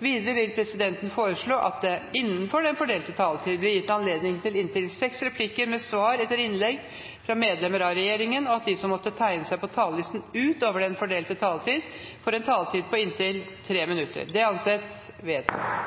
Videre vil presidenten foreslå at det blir gitt anledning til inntil seks replikker med svar etter innlegg fra medlemmer av regjeringen innenfor den fordelte taletid, og at de som måtte tegne seg på talerlisten utover den fordelte taletid, får en taletid på inntil 3 minutter. – Det anses vedtatt.